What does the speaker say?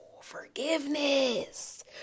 forgiveness